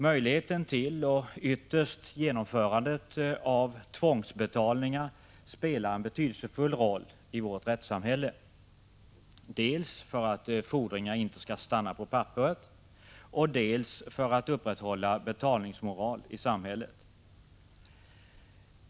Möjligheten till och ytterst genomförandet av tvångsbetalningar spelar en betydelsefull roll i vårt rättssamhälle, dels för att fordringar inte skall stanna på papperet, dels för att betalningsmoralen i samhället skall upprätthållas.